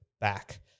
back